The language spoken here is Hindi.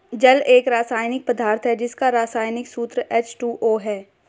जल एक रसायनिक पदार्थ है जिसका रसायनिक सूत्र एच.टू.ओ है